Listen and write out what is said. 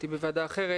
הייתי בוועדה אחרת.